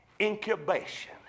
incubation